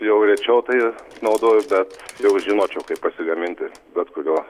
jau rečiau tai naudoju bet jau žinočiau kaip pasigaminti bet kuriuo